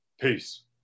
Peace